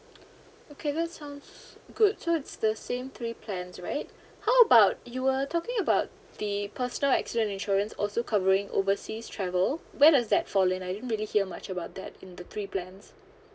okay that sounds good so it's the same three plans right how about you were talking about the personal accident insurance also covering overseas travel where does that fall in I didn't really hear much about that in the three plans